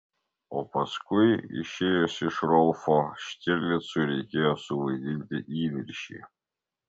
o paskui išėjus iš rolfo štirlicui reikėjo suvaidinti įniršį